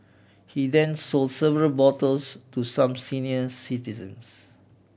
he then sold several bottles to some senior citizens